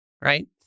right